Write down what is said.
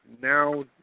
Now